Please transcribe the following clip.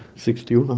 sixty-one.